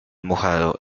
mojado